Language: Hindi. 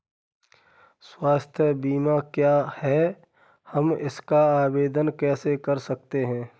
स्वास्थ्य बीमा क्या है हम इसका आवेदन कैसे कर सकते हैं?